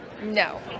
No